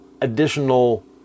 additional